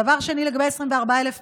דבר שני, לגבי 24,000 מורים,